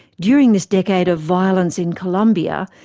during this decade of violence in colombia,